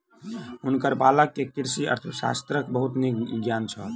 हुनकर बालक के कृषि अर्थशास्त्रक बहुत नीक ज्ञान छल